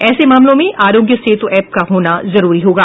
ऐसे मामलों में आरोग्य सेतु ऐप का होना जरूरी होगा